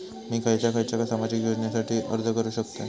मी खयच्या खयच्या सामाजिक योजनेसाठी अर्ज करू शकतय?